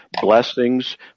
blessings